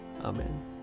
Amen